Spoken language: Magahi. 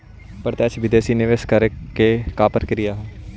प्रत्यक्ष विदेशी निवेश करे के का प्रक्रिया हइ?